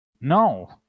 No